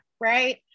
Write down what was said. right